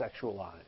sexualized